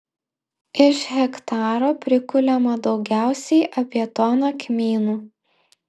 iš hektaro prikuliama daugiausiai apie toną kmynų